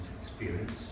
experience